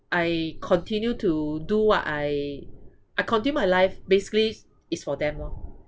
I continue to do what I I continue my life basically is for them lor